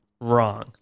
wrong